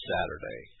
Saturday